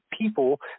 people